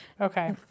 okay